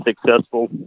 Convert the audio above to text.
successful